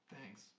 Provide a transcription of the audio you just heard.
Thanks